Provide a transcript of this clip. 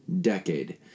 decade